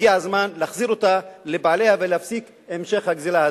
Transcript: הגיע הזמן להחזיר אותה לבעליה ולהפסיק המשך הגזלה הזו.